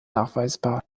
nachweisbar